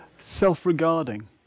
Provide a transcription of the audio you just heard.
self-regarding